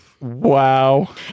wow